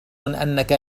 أنك